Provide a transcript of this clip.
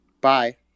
Bye